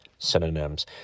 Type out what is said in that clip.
synonyms